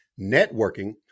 Networking